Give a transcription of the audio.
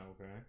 Okay